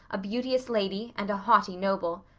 a beauteous lady, and a haughty noble.